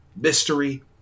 Mystery